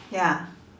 ya